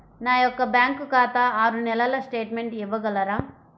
నా యొక్క బ్యాంకు ఖాతా ఆరు నెలల స్టేట్మెంట్ ఇవ్వగలరా?